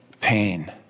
pain